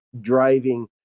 driving